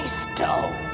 stone